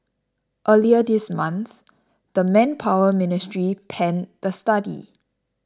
earlier this month the Manpower Ministry panned the study